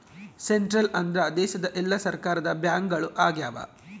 central ಅಂದ್ರ ದೇಶದ ಎಲ್ಲಾ ಸರ್ಕಾರದ ಬ್ಯಾಂಕ್ಗಳು ಆಗ್ಯಾವ